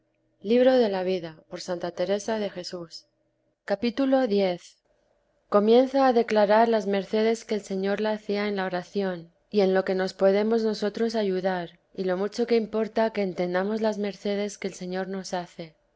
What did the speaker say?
ale cap x comienza a declarar las mercedes que el señor la hacía en la oración y en lo que nos podemos nosotros ayudar y lo mucho que importa que entendamos las mercedes que el señor nos hace